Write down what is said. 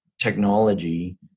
technology